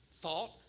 thought